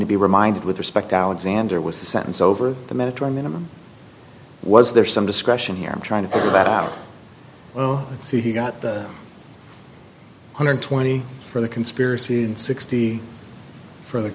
to be reminded with respect alexander was the sentence over the metro minimum was there some discretion here i'm trying to figure that out well let's see he got the hundred twenty for the conspiracy in sixty for the